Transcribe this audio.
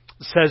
says